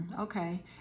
okay